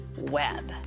web